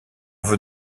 veut